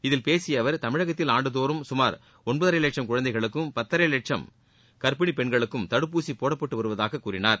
இதில் பேசிய அவர் தமிழகத்தில் ஆண்டுதோறும் சுமார் ஒன்பதரை வட்சம் குழந்தைகளுக்கும் பத்தரை வட்சம் கர்ப்பிணி பெண்களுக்கும் தடுப்பூசி போடப்பட்டு வருவதாக கூறினார்